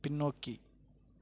பின்னோக்கி